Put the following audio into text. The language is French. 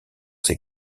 ses